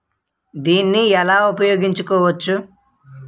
దీన్ని ఎలా ఉపయోగించు కోవచ్చు?